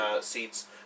seats